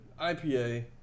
IPA